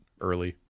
early